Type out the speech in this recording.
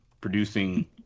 producing